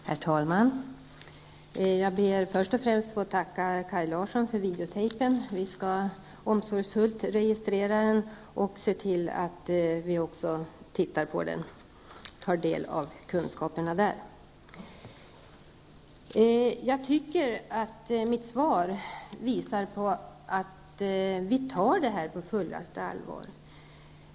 Herr talman! Jag ber först och främst att få tacka Kaj Larsson för videobandet. Vi skall omsorgsfullt registrera den och även se till att vi tittar på den och tar del av kunskaperna. Jag tycker att mitt svar visar att vi tar detta på fullaste allvar.